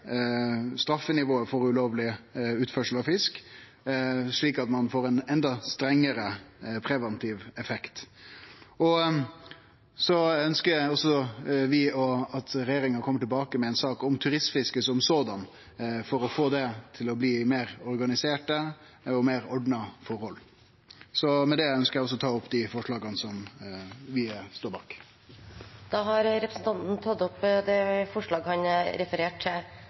straffenivået for ulovleg utførsel av fisk, slik at ein får ein enda strengare preventiv effekt. Vi ønskjer også at regjeringa kjem tilbake med ei sak om turistfiske for å få til meir organiserte og ordna forhold. Med det ønskjer eg å ta opp dei forslaga Arbeidarpartiet, Senterpartiet og Sosialistisk Venstreparti står bak. Da har representanten Torgeir Knag Fylkesnes tatt opp de forslagene han refererte til. Turistfisket langs kysten har